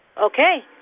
Okay